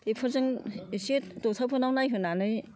बेफोरजों एसे ड'क्टरफोरनाव नायहोनानै